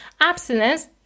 abstinence